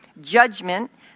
judgment